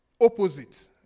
Opposite